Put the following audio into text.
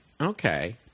okay